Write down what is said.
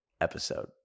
episode